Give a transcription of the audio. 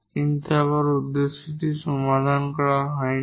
কিন্তু আবার উদ্দেশ্যটি সমাধান করা হয়নি